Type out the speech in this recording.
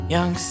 Young